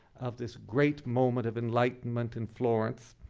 of this great moment of enlightenment in florence.